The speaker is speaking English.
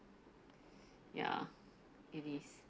ya it is